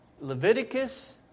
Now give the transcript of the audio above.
Leviticus